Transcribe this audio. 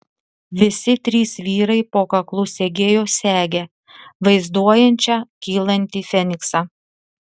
visi trys vyrai po kaklu segėjo segę vaizduojančią kylantį feniksą